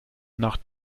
nach